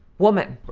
woman.